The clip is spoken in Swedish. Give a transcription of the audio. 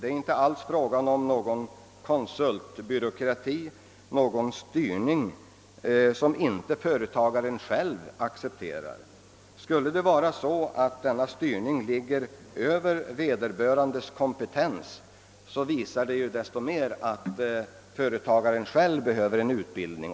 Det är inte alls fråga om någon konsultbyråkrati, någon styrning som företagaren själv inte accepterar. Skulle det visa sig att de åtgärder som behöver vidtagas ligger över företagarens kompetens, så betyder ju detta att företagaren själv behöver utbildning.